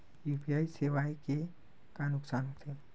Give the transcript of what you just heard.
UPI सेवाएं के का नुकसान हो थे?